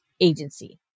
agency